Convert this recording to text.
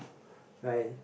like